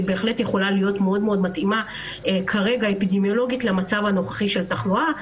היא יכולה להיות מאוד מתאימה אפידמיולוגית למצב הנוכחי של התחלואה,